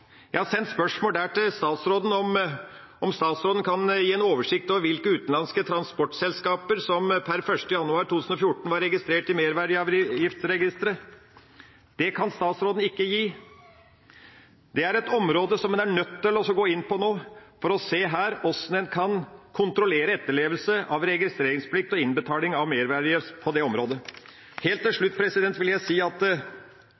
Jeg har sendt spørsmål til statsråden om statsråden kan gi en oversikt over hvilke utenlandske transportselskaper som per 1. januar 2014 var registrert i merverdiavgiftsregisteret. Det kan statsråden ikke gi. Det er et område som en er nødt til å gå inn på nå for å se hvordan en kan kontrollere etterlevelse av registreringsplikt og innbetaling av merverdiavgift. Helt til slutt vil jeg si at den naiviteten som er på dette området,